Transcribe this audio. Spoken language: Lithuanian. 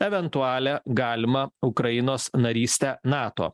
eventualią galimą ukrainos narystę nato